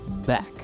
back